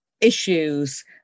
issues